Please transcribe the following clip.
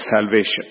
salvation